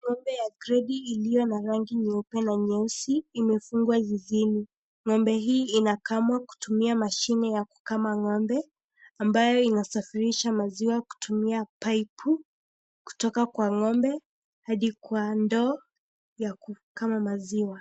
Ng'ombe ya gredi iliyo na rangi nyeupe na nyeusi imefungwa zizini. Ng'ombe hii inakamwa kutumia mashine ya kukama ng'ombe, ambaye inasafirisha maziwa kutumia paipu kutoka kwa ng'ombe Hadi kwa ndoo ya kukama maziwa.